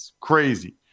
Crazy